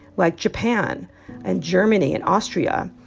like japan and germany and austria,